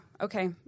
okay